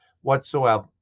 whatsoever